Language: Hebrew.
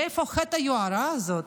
מאיפה חטא היוהרה הזה?